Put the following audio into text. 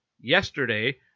yesterday